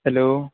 hello